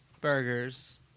Burgers